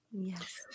Yes